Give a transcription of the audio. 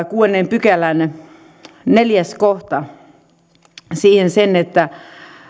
kuudennen pykälän neljäs kohta se että